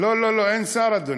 לא לא לא, אין שר, אדוני.